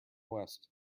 west